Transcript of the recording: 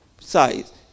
size